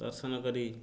ଦର୍ଶନ କରି